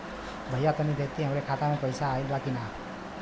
भईया तनि देखती हमरे खाता मे पैसा आईल बा की ना?